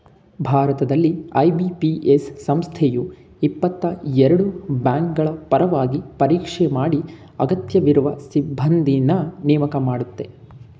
ಭಾರತದಲ್ಲಿ ಐ.ಬಿ.ಪಿ.ಎಸ್ ಸಂಸ್ಥೆಯು ಇಪ್ಪತ್ತಎರಡು ಬ್ಯಾಂಕ್ಗಳಪರವಾಗಿ ಪರೀಕ್ಷೆ ಮಾಡಿ ಅಗತ್ಯವಿರುವ ಸಿಬ್ಬಂದಿನ್ನ ನೇಮಕ ಮಾಡುತ್ತೆ